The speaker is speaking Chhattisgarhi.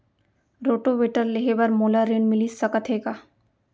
रोटोवेटर लेहे बर मोला ऋण मिलिस सकत हे का?